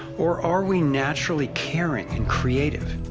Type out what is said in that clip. or, are we naturally caring and creative?